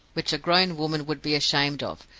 which a grown woman would be ashamed of,